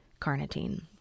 carnitine